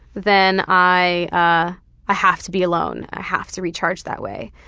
then i ah ah have to be alone. i have to recharge that way.